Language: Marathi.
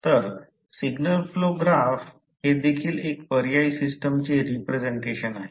तर सिग्नल फ्लो ग्राफ हे देखील एक पर्यायी सिस्टमचे प्रेझेंटेशन आहे